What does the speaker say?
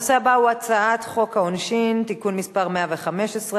הנושא הבא הוא הצעת חוק העונשין (תיקון מס' 115)